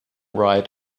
right